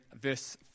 verse